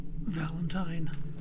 Valentine